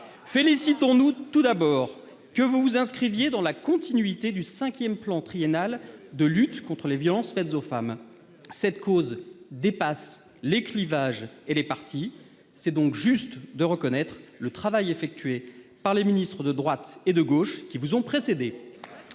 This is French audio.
Félicitons-nous, tout d'abord, que vous vous inscriviez dans la continuité du cinquième plan triennal de lutte contre les violences faites aux femmes. Cette cause dépasse les clivages et les partis. Il est donc juste de reconnaître le travail effectué par les ministres de droite et de gauche qui vous ont précédée.